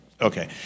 Okay